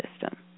system